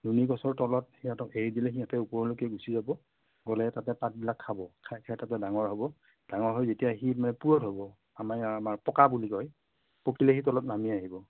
নুনিগছৰ তলত সিহঁতক এৰি দিলে সিহঁতে ওপৰলৈকে গুচি যাব গ'লে তাতে পাতবিলাক খাব খাই খাই তাতে ডাঙৰ হ'ব ডাঙৰ হৈ যেতিয়া সি মানে পুৰঠ হ'ব আমাৰ মানে আমাৰ পকা বুলি কয় পকিলে সি তলত নামি আহিব